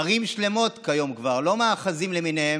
כיום כבר ערים שלמות, לא מאחזים למיניהם,